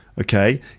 okay